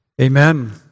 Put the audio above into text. Amen